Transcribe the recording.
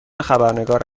خبرنگار